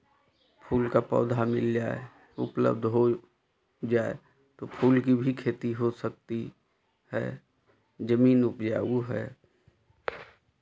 फूल का पौधा मिल जाए उपलब्ध हो जाए तो फूल की भी खेती हो सकती है जमीन उपजाऊ है